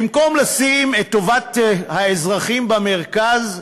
במקום לשים את טובת האזרחים במרכז,